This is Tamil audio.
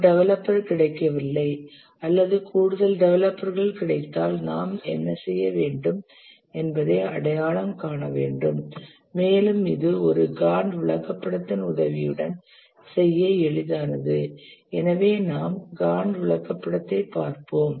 ஒரு டெவலப்பர் கிடைக்கவில்லை அல்லது கூடுதல் டெவலப்பர்கள் கிடைத்தால் நாம் என்ன செய்ய வேண்டும் என்பதை அடையாளம் காண வேண்டும் மேலும் இது ஒரு காண்ட் விளக்கப்படத்தின் உதவியுடன் செய்ய எளிதானது எனவே நாம் காண்ட் விளக்கப்படத்தைப் பார்ப்போம்